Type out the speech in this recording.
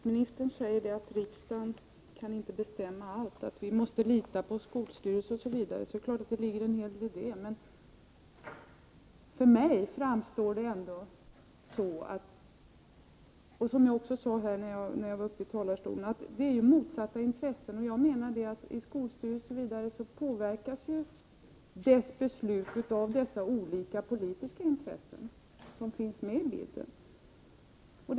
Herr talman! Det är klart att det ligger en hel del i det som utbildningsministern säger om att riksdagen inte kan bestämma allt utan att vi måste lita på skolstyrelser osv. Men för mig framstår saken så, vilket jag också sade i mitt första anförande, att det är motsatta intressen. Jag menar att besluten i skolstyrelser osv. påverkas av styrelsernas olika politiska intressen, som finns med i bilden.